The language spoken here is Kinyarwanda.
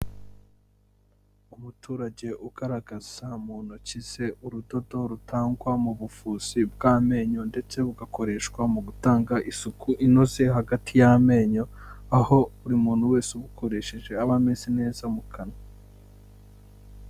Umuturage ugaragaza mu ntoki ze urudodo rutangwa mu buvuzi bw'amenyo ndetse bugakoreshwa mu gutanga isuku inoze hagati y'amenyo, aho buri muntu wese ubukoresheje aba ameze neza mu kanwa.